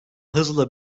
hızla